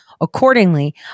Accordingly